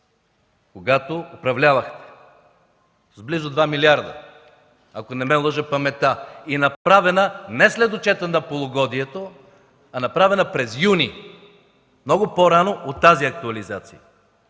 когато управлявахте, с близо 2 милиарда, ако не ме лъже паметта, и направена не след отчета на полугодието, а през месец юни – много по-рано от тази актуализация.